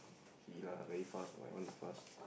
see lah very fast what I want to fast